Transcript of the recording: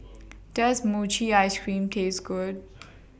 Does Mochi Ice Cream Taste Good